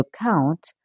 account